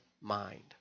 mind